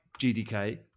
GDK